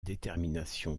détermination